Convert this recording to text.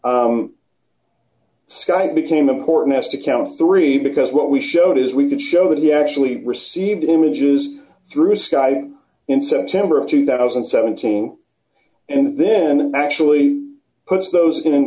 scott it became important as to count three because what we showed is we could show that he actually received images through skype in september of two thousand and seventeen and then actually put those in an